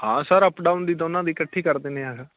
ਹਾਂ sir up down ਦੀ ਦੋਨਾਂ ਦੀ ਇਕੱਠੀ ਕਰ ਦਿੰਦੇ ਹਾਂ